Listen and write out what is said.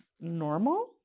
normal